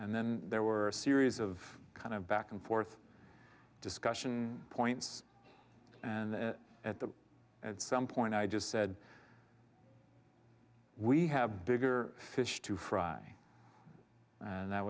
and then there were a series of kind of back and forth discussion points and at the at some point i just said we have bigger fish to fry and that